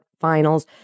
finals